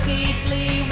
deeply